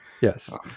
Yes